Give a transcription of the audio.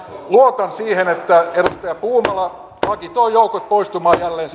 luotan siihen että edustaja puumala agitoi joukot poistumaan jälleen